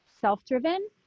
self-driven